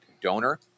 donor